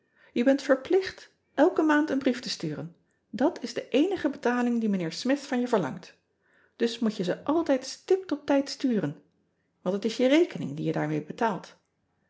e bent verplicht elke maand een brief te sturen dat is de eenige betaling die ijnheer mith van je verlangt dus moet je ze altijd stipt op tijd sturen want het is je rekening die je daarmee betaalt